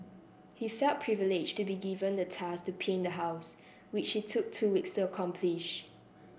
he felt privileged to be given the task to paint the house which he took two weeks to accomplish